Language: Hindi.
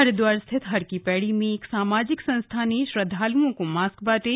हरिद्वार स्थित हरकी पैड़ी में एक सामाजिक संस्था ने श्रद्धाल्ओं को मास्क बांटे